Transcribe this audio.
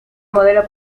modelo